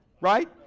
Right